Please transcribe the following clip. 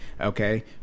okay